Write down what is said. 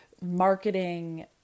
marketing